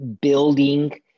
building